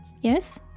Yes